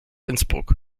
innsbruck